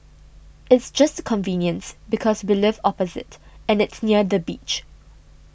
it's just the convenience because we live opposite and it's near the beach